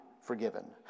Forgiven